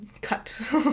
Cut